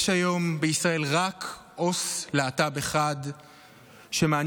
יש היום בישראל רק עו"ס להט"ב אחד שמעניק